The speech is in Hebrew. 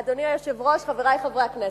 אדוני היושב-ראש, חברי חברי הכנסת,